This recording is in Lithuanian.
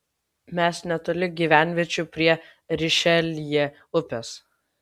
mes netoli gyvenviečių prie rišeljė upės